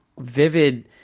vivid